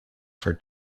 for